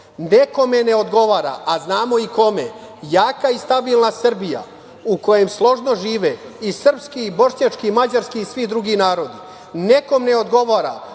ne odgovara, a znamo i kome, jaka i stabilna Srbija, u kojoj složno žive i srpski, bošnjački i mađarski i svi drugi narodi. Nekom ne odgovara